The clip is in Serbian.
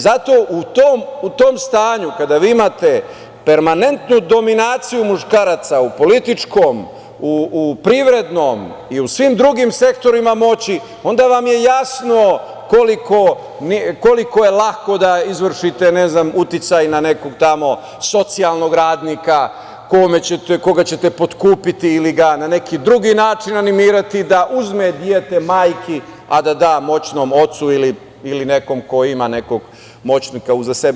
Zato u tom stanju kada vi imate permanentnu dominaciju muškaraca u političkom, u privrednom i u svim drugim sektorima moći, onda vam je jasno koliko je lako da izvršite uticaj na nekog tamo socijalnog radnika koga ćete potkupiti ili ga na neki drugi način animirati da uzme dete majki, a da da moćnom ocu ili nekom ko ima nekog moćnika uza sebe.